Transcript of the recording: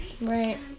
Right